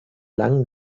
langen